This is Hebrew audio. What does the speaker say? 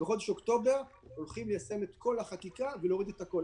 בחודש אוקטובר אנחנו הולכים ליישם את כל החקיקה ולהוריד את הכול.